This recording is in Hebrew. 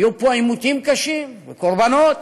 יהיו פה עימותים קשים, קורבנות.